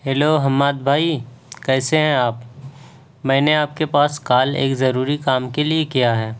hello Hammad بھائی کیسے ہیں آپ میں نے آپ کے پاس کال ایک ضروری کام کے لیے کیا ہے